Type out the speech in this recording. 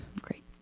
great